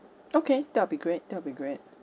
okay that will be great that will be great